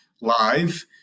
live